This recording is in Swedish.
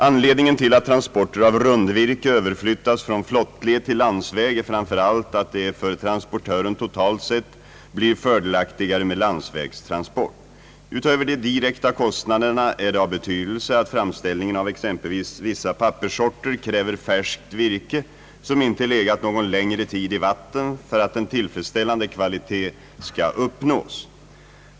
Anledningen till att transporter av rundvirke överflyttas från flottled till landsväg är framför allt att det för transportören totalt sett blir fördelaktigare med landsvägstransport. Utöver de direkta kostnaderna är det av betydelse att framställningen av exempelvis vissa papperssorter kräver färskt virke, som inte legat någon längre tid i vatten för att en tillfredsställande kvalitet skall uppnås.